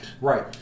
Right